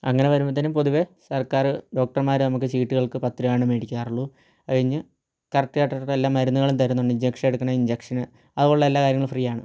അങ്ങനെ വരുമ്പോഴ്ത്തേനും പൊതുവേ സർക്കാർ ഡോക്ടർമാർ നമ്മൾക്ക് ചീട്ടുകൾക്ക് പത്തു രൂപയാണ് മേടിക്കാറുളളൂ അതുകഴിഞ്ഞ് കറക്റ്റായിട്ടുള്ള എല്ലാ മരുന്നുകളും തരുന്നുണ്ട് ഇഞ്ചെക്ഷന് എടുക്കണേൽ ഇഞ്ചെക്ഷന് അതുപോലുള്ള എല്ലാ കാര്യങ്ങളും ഫ്രീയാണ്